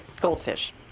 goldfish